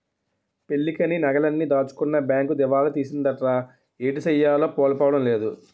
పెళ్ళికని నగలన్నీ దాచుకున్న బేంకు దివాలా తీసిందటరా ఏటిసెయ్యాలో పాలుపోడం లేదు